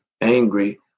angry